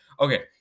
Okay